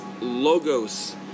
Logos